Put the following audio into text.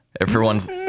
Everyone's